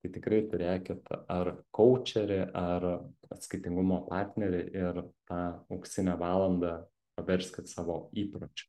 tai tikrai turėkit ar koučerį ar atskaitingumo partnerį ir tą auksinę valandą paverskit savo įpročiu